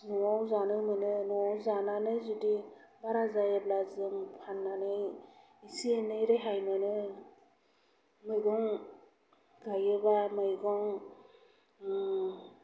सिङाव जानो मोनो न'आव जानानै जुदि बारा जायोब्ला जों फाननानै एसे एनै रेहाय मोनो मैगं गायोब्ला मैगं